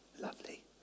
lovely